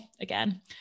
again